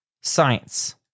science